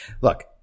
Look